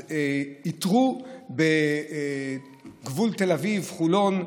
אז איתרו בגבול תל אביב-חולון,